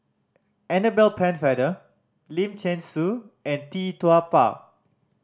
Annabel Pennefather Lim Thean Soo and Tee Tua Ba